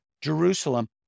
Jerusalem